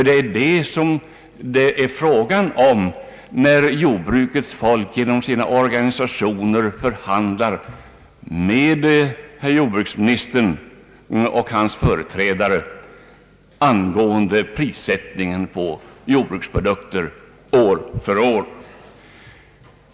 Det är detta som det är fråga om när jordbrukets folk genom sina organisationer förhandlar med herr jordbruksministern och hans företrädare angående prissättningen på Jordbrukets produkter.